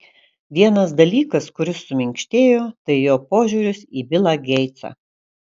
vienas dalykas kuris suminkštėjo tai jo požiūris į bilą geitsą